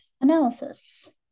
analysis